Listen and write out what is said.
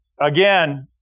Again